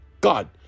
God